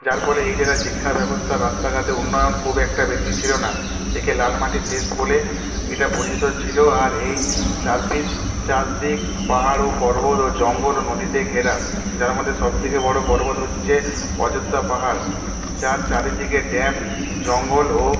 যার ফলে এই জেলার শিক্ষাব্যবস্থা রাস্তাঘাটের উন্নয়ন খুব একটা বেশি ছিল না একে লালমাটির দেশ বলে এটা পরিচিত ছিল আর এর চারপিস চারদিক পাহাড় ও পর্বত ও জঙ্গল ও নদীতে ঘেরা যার মধ্যে সবথেকে বড় পর্বত হচ্ছে অযোধ্যা পাহাড় যার চারিদিকে ড্যাম জঙ্গল ও